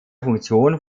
funktion